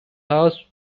asked